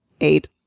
Eight